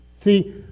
See